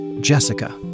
Jessica